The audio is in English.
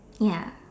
ya